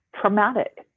traumatic